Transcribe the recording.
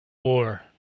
war